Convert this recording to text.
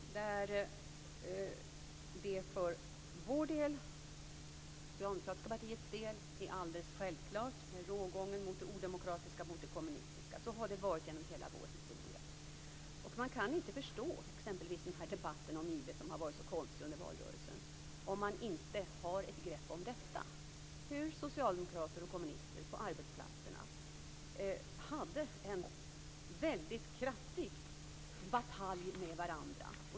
Det är för socialdemokratiska partiets del alldeles självklart med rågången mot det odemokratiska, mot det kommunistiska. Så har det varit genom hela vår historia. Man kan inte förstå debatten om IB, som har varit så konstig under valrörelsen, om man inte har ett grepp om hur socialdemokrater och kommunister på arbetsplatserna hade en väldigt kraftig batalj med varandra.